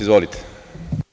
Izvolite.